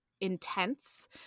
intense